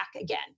again